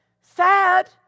sad